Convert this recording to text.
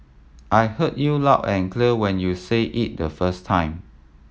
I heard you loud and clear when you said it the first time